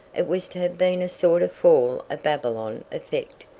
it was to have been a sort of fall of babylon effect,